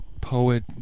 poet